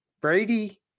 Brady